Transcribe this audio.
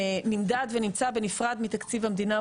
נמדד ונמצא בנפרד מתקציב המדינה,